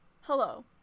Hello